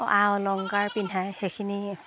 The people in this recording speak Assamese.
আ অলংকাৰ পিন্ধাই সেইখিনি